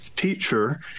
teacher